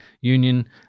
Union